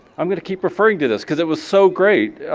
i'm gonna keep referring to this cause it was so great,